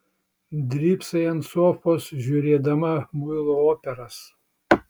drybsai ant sofos žiūrėdama muilo operas